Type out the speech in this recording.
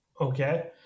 Okay